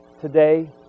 today